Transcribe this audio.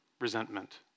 resentment